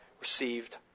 received